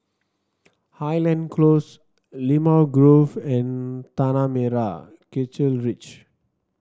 Highland Close Limau Grove and Tanah Merah Kechil Ridge